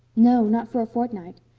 no, not for a fortnight.